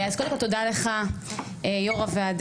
אז קודם כל, תודה לך, יו"ר הוועדה,